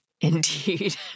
Indeed